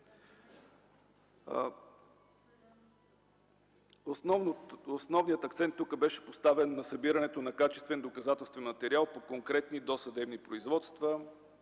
Основният акцент беше поставен на събирането на качествен доказателствен материал по конкретни досъдебни производства,